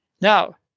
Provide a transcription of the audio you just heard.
Now